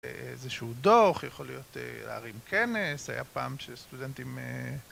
איזה שהוא דוח, יכול להיות להרים כנס, היה פעם שסטודנטים...